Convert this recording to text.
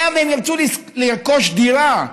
היה והם ירצו לרכוש דירה,